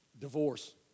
divorce